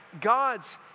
God's